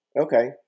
okay